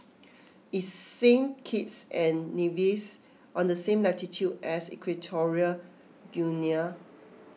is Saint Kitts and Nevis on the same latitude as Equatorial Guinea